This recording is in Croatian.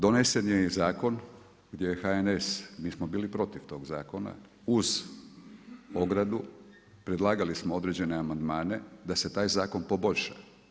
Donesen je i zakon gdje je HNS-a, mi smo bili protiv tog zakona, uz ogradu, predlagali smo određene amandmane da se taj zakon poboljša.